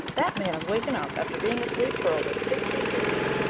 that man is waking up after being asleep for over sixty years.